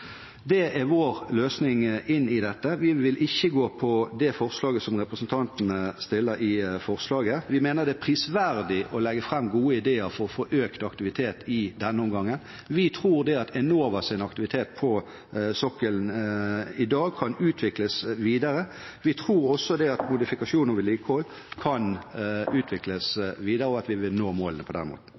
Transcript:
Det er vår løsning inn i dette. Vi vil ikke gå inn for det som representantene kommer med i forslaget. Vi mener det er prisverdig å legge fram gode ideer for å få økt aktivitet i denne omgang. Vi tror at Enovas aktivitet på sokkelen i dag kan utvikles videre. Vi tror også at modifikasjon og vedlikehold kan utvikles videre, og at vi vil nå målene på den måten.